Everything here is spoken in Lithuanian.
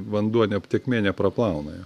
vanduo ne tekmė nepraplauna jo